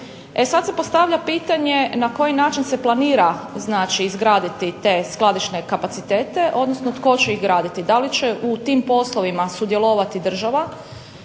sada se postavlja pitanje na koji način se planira izgraditi te skladišne kapacitete, odnosno tko će ih graditi. Da li će u tim poslovima sudjelovati država